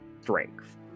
strength